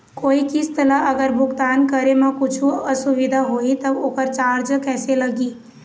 कोई किस्त ला अगर भुगतान करे म कुछू असुविधा होही त ओकर चार्ज कैसे लगी?